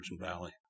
valley